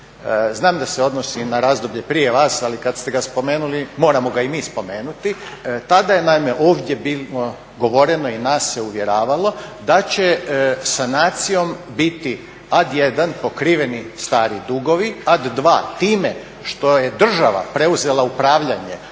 znam da se odnosi i na razdoblje prije vas, ali kad ste ga spomenuli moramo ga i mi spomenuti, tada je naime ovdje bilo govoreno i nas se uvjeravalo da će sanacijom biti ad1 pokriveni stari dugovi, ad2 time što je država preuzela upravljanje